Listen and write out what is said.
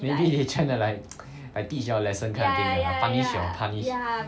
maybe they tryna~ like like teach you all lesson kind of thing like punish you all punish